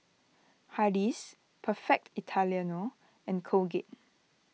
Hardy's Perfect Italiano and Colgate